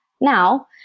now